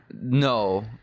no